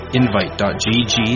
invite.gg